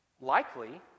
likely